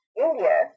India